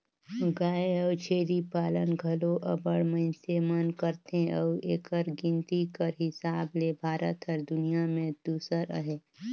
गाय अउ छेरी पालन घलो अब्बड़ मइनसे मन करथे अउ एकर गिनती कर हिसाब ले भारत हर दुनियां में दूसर अहे